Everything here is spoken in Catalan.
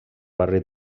barri